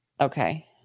Okay